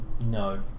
No